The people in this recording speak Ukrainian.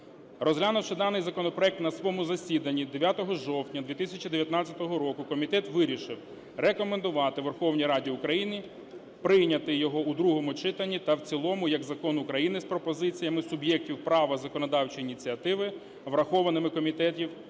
Розглянувши даний законопроект на своєму засіданні 9 жовтня 2019 року, комітет вирішив рекомендувати Верховній Раді України прийняти його у другому читанні та в цілому як Закон України з пропозиціями суб'єктів права законодавчої ініціативи, врахованими комітетом